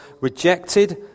rejected